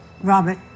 Robert